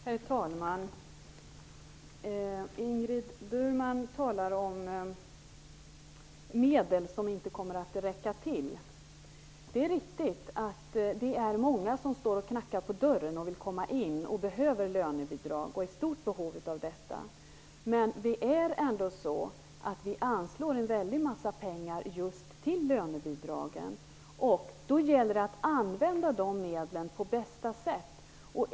Herr talman! Ingrid Burman talar om att medlen inte kommer att räcka till. Det är riktigt att det är många som står och knackar på dörren och vill komma in, behöver lönebidrag och är i stort behov av det. Men vi anslår ändå väldigt mycket pengar till lönebidragen. Då gäller det att använda de medlen på bästa sätt.